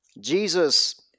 Jesus